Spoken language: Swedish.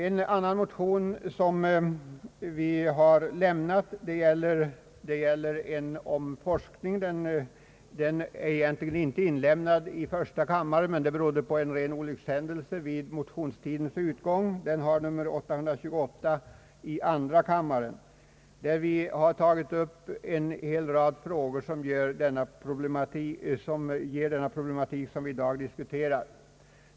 En annan motion som vi har lämnat gäller forskningen. Den är emellertid inte väckt i första kammaren, vilket beror på en ren olyckshändelse vid motionstidens utgång. Den har nr 828 i andra kammaren. I den motionen har vi tagit upp en del frågor som gäller den problematik som vi i dag diskuterar.